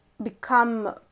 become